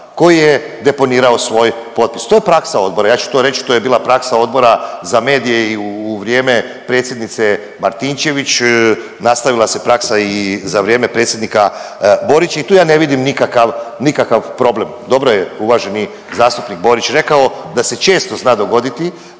koji je deponirao svoj potpis. To je praksa odbora. Ja ću to reći to je bila praksa odbora za medije i u vrijeme predsjednice Martinčević, nastavila se praksa i za vrijeme predsjednika Borića i tu ja ne vidim nikakav, nikakav problem. Dobro je uvaženi zastupnik Borić rekao da se često zna dogoditi